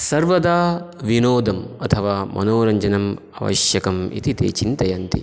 सर्वदा विनोदं अथवा मनोरञ्जनम् आवश्यकम् इति ते चिन्तयन्ति